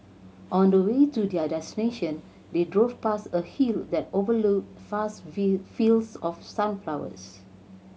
on the way to their destination they drove past a hill that overlooked vast fields of sunflowers